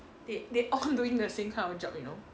they they all doing the same kind of job you know